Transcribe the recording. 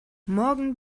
morgen